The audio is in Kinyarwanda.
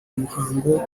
n’umuhango